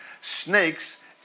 snakes